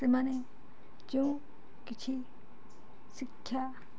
ସେମାନେ ଯେଉଁ କିଛି ଶିକ୍ଷା